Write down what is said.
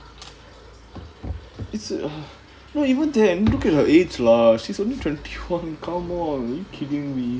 it's not even that look at her age lah she's only twenty one come on are you kidding me